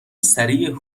سریع